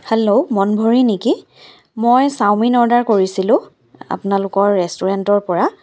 hello মন ভৰি নেকি মই চাওমিন অৰ্ডাৰ কৰিছিলোঁ আপোনালোকৰ ৰেষ্টুৰেণ্টৰ পৰা